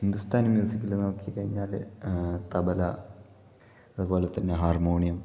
ഹിന്ദുസ്ഥാനി മ്യൂസിക്കില് നോക്കിക്കഴിഞ്ഞാല് തബല അതുപോലെ തന്നെ ഹാര്മോണിൃം